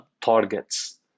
targets